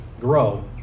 grow